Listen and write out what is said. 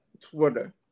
Twitter